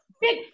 Big